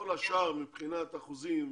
כל השאר, מבחינת אחוזים וזה,